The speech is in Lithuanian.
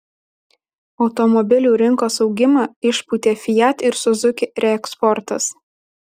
automobilių rinkos augimą išpūtė fiat ir suzuki reeksportas